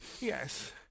Yes